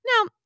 Now